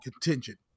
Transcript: contingent